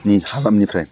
नि हालामनिफ्राय